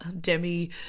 Demi